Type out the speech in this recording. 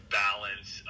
balance